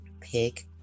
Pick